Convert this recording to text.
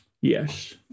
Yes